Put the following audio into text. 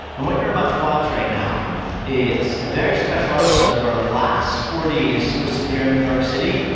and what you're about to watch right now is a very special episode of our last four ds, hosted here in new york city.